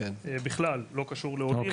בכלל לא קשור לעולים,